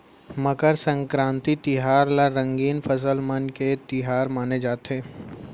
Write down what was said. मकर संकरांति तिहार ल रंगीन फसल मन के तिहार माने जाथे